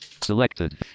Selected